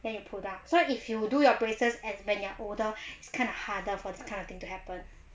then they will pull down so if you do your braces at when you are older it's kind of harder for this kind of thing to happen